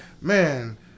Man